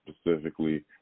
specifically